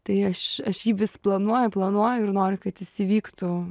tai aš aš jį vis planuoju planuoju ir noriu kad jis įvyktų